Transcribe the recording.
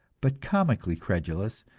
but comically credulous,